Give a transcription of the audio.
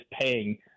paying